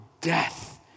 death